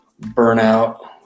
burnout